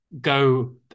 go